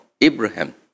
Abraham